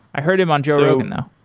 i heard him on joe rogan though.